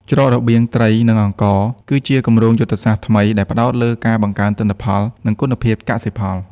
ច្រករបៀងត្រី និងអង្ករ គឺជាគម្រោងយុទ្ធសាស្ត្រថ្មីដែលផ្តោតលើការបង្កើនទិន្នផល និងគុណភាពកសិផល។